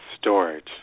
storage